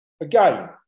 Again